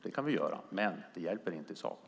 Det kan vi göra, men det hjälper inte i sak.